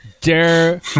Dare